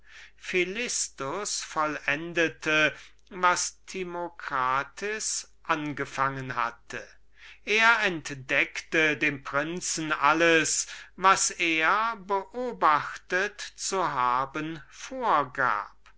philistus vollendete was timocrat angefangen hatte er entdeckte dem prinzen alles was er beobachtet zu haben vorgab